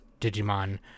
Digimon